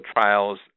trials